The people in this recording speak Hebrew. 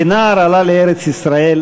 כנער עלה לארץ-ישראל,